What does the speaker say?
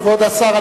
כבוד השר,